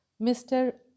Mr